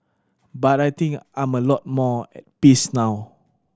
but I think I'm a lot more at peace now